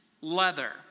leather